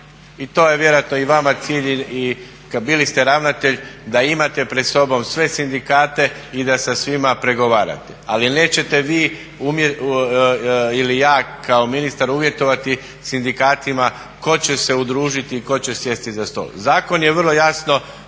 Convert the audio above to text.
i to je vjerojatno i vama cilj, bili ste ravnatelj, da imate pred sobom sve sindikate i da sa svima pregovarate. Ali nećete vi ili ja kao ministar uvjetovati sindikatima ko će se udružiti i ko će sjesti za stol. Zakon je vrlo jasno